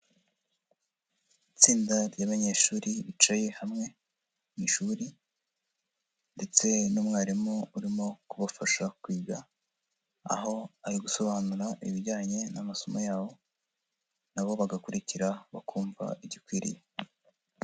Itsinda ry'abanyeshuri bicaye hamwe mu ishuri ndetse n'umwarimu urimo kubafasha kwiga, aho ari gusobanura ibijyanye n'amasomo yabo na bo bagakurikira, bakumva igikwiriye.